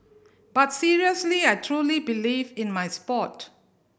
but seriously I truly believe in my sport